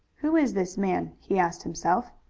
who is this man? he asked himself.